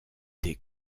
des